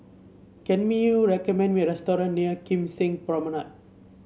can you recommend me a restaurant near Kim Seng Promenade